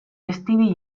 stevie